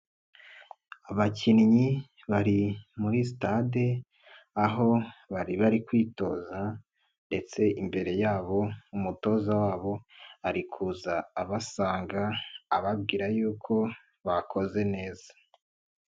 Abakinnyi bari muri stade, aho bari bari kwitoza ndetse imbere yabo umutoza wabo ari kuza abasanga ababwira yuko bakoze neza.